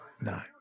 nine